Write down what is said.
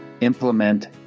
implement